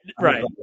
right